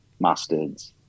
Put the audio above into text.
mustards